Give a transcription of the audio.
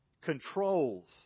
controls